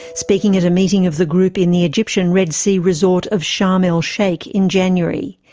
speaking at a meeting of the group in the egyptian red sea resort of sharma el-sheikh in january.